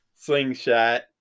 slingshot